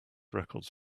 records